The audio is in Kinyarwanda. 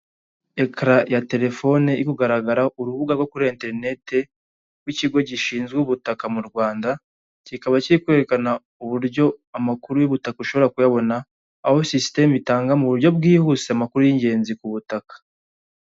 Ekara ya telefone ikagaragara urubuga rwo kuri interinete rw'ikigo gishinzwe ubutaka mu Rwanda, kikaba kigiye kwerekana uburyo amakuru y'ubutaka ashobora kuyabona, aho, sisiteme itanga mu buryo bwihuse amakuru y'ingenzi ku butaka.